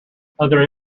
other